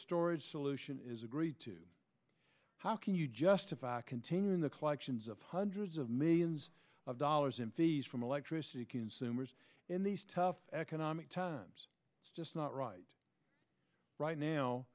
storage solution is agreed to how can you justify continuing the collections of hundreds of millions of dollars in fees from electricity consumers in these tough economic times it's just not right right now